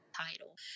title